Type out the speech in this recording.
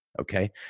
okay